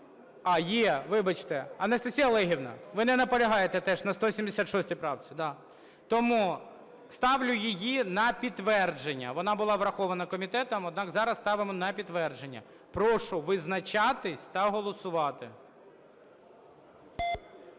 А, є. Вибачте. Анастасія Олегівна, ви не наполягаєте теж на 176 правці, да? Тому ставлю її на підтвердження. Вона була врахована комітетом, однак зараз ставимо на підтвердження. Прошу визначатися та голосувати.